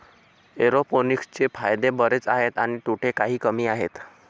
एरोपोनिक्सचे फायदे बरेच आहेत आणि तोटे काही कमी आहेत